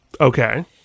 Okay